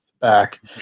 back